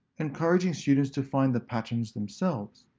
encouraging students to find the patterns themselves.